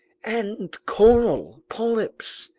and coral polyps.